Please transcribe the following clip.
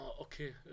okay